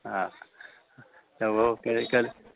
हा त पोइ कहिड़े करे